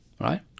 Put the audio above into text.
right